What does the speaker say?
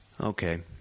Okay